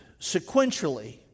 sequentially